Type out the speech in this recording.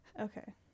Okay